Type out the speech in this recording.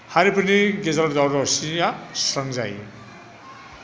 हारिफोरनि गेजेराव दावराव दावसिया सुस्रांजायो